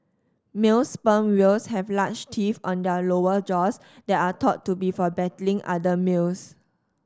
male sperm whales have large teeth on their lower jaws that are thought to be for battling other males